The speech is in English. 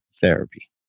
therapy